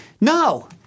No